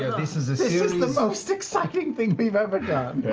this is this is the most exciting thing we've ever done.